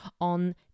on